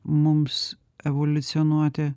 mums evoliucionuoti